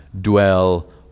dwell